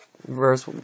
Verse